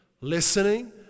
Listening